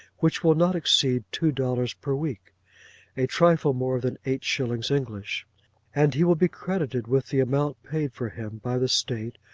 which will not exceed two dollars per week a trifle more than eight shillings english and he will be credited with the amount paid for him by the state,